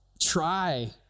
try